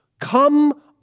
come